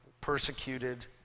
persecuted